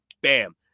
bam